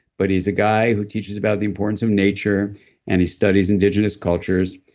but he's a guy who teaches about the importance of nature and he studies indigenous cultures.